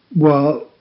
well,